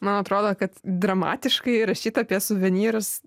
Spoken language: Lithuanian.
man atrodo kad dramatiškai rašyt apie suvenyrus